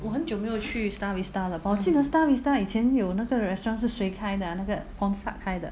我很久没有去 star vista 了 but 我记得 star vista 以前有那个 restaurant 是谁开的 ah 那个 pornsak 开的